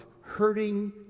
hurting